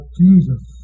Jesus